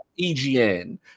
EGN